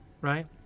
right